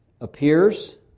appears